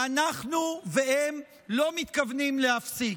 ואנחנו והם לא מתכוונים להפסיק.